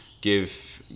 Give